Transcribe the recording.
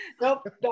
nope